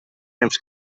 temps